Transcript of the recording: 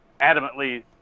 adamantly